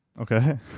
Okay